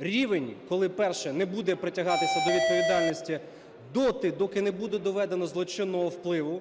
рівень, коли: перше – не буде притягатися до відповідальності доти, доки не буде доведено злочинного впливу.